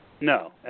No